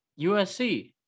USC